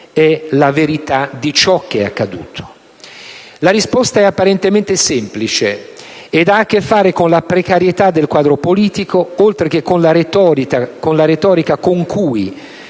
La risposta è apparentemente semplice, ed ha a che fare con la precarietà del quadro politico, oltre che con la retorica con cui,